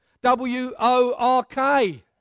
W-O-R-K